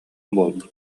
буолбут